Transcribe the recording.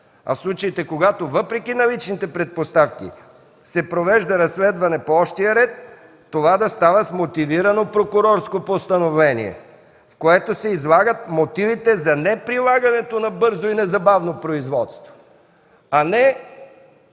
А в случаите, когато въпреки наличните предпоставки се провежда разследване по общия ред, това да става с мотивирано прокурорско постановление, в което се излагат мотивите за неприлагането на бързо и незабавно производство, а не